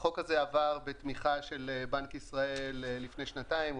החוק הזה עבר בתמיכה של בנק ישראל לפני שנתיים.